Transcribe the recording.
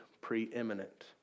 preeminent